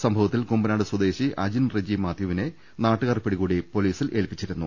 സംഭവത്തിൽ കുമ്പനാട് സ്വദേശി അജിൻ റെജി മാത്യുവിനെ നാട്ടുകാർ പിടികൂടി പോലീസിൽ ഏൽപ്പിച്ചി രുന്നു